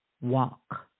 walk